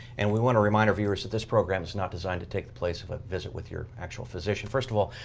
and we want to remind our viewers that this program is not designed to take the place of a visit with your actual physician. first of all,